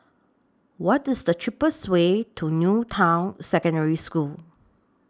What IS The cheapest Way to New Town Secondary School